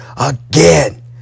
again